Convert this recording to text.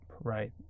right